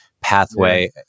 pathway